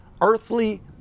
earthly